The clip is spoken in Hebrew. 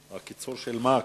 קיצור של מה זה?